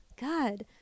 God